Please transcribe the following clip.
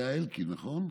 היה אלקין, נכון?